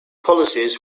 policies